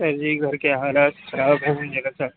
سر جی گھر کے حالات خراب ہیں ذرا سا